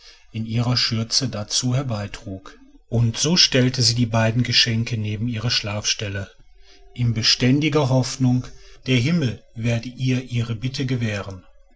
in ihrer schürze dazu herbeitrug und so stellte sie die beiden geschenke neben ihre schlafstelle in beständiger hoffnung der himmel werde ihr ihre bitte gewähren